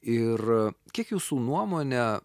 ir kiek jūsų nuomone